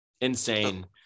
Insane